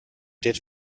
did